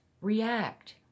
react